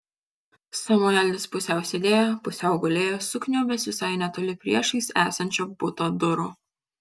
samuelis pusiau sėdėjo pusiau gulėjo sukniubęs visai netoli priešais esančio buto durų